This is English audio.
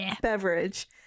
beverage